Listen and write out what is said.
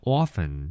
often